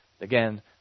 again